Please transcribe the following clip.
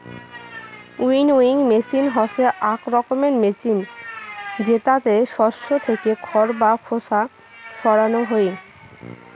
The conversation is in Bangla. উইনউইং মেচিন হসে আক রকমের মেচিন জেতাতে শস্য থেকে খড় বা খোসা সরানো হই